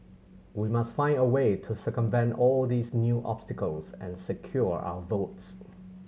we must find a way to circumvent all these new obstacles and secure our votes